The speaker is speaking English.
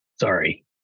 Sorry